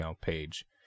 page